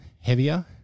heavier